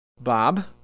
Bob